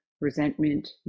resentment